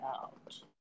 out